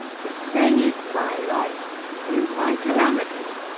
to save my life through my calamity!